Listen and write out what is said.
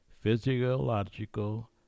physiological